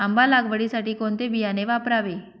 आंबा लागवडीसाठी कोणते बियाणे वापरावे?